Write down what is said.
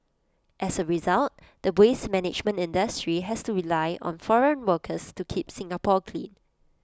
as A result the waste management industry has to rely on foreign workers to keep Singapore clean